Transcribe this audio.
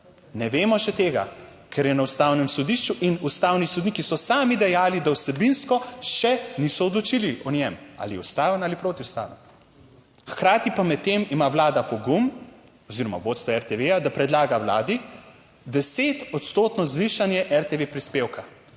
ne vemo še tega, ker je na Ustavnem sodišču in ustavni sodniki so sami dejali, da vsebinsko še niso odločili o njem ali je ustaven ali protiustaven. Hkrati pa medtem ima vlada pogum oziroma vodstvo RTV, da predlaga vladi, desetodstotno zvišanje RTV prispevka,